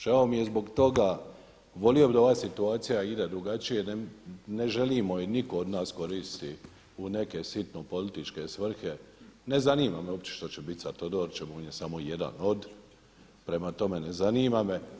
Žao mi je zbog toga, volio bih da ova situacija ide drugačije, ne želimo je niko od nas koristiti u neke sitno političke svrhe, ne zanima me uopće što će biti s Todorićem, on je samo jedan od, prema tome ne zanima me.